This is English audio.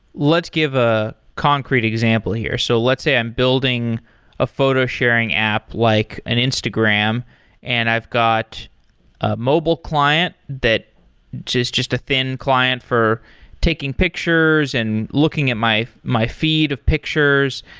let's give a concrete example here. so let's say i'm building a photo sharing app, like an instagram and i've got a mobile client that's just just a thin client for taking pictures and looking at my my feed of pictures.